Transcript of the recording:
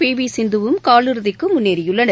B V சிந்துவும் கால் இறுதிக்கு முன்னேறியுள்ளனர்